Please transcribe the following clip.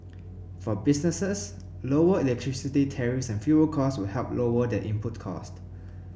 for businesses lower electricity tariffs and fuel costs will help lower their input costs